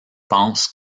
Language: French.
pensent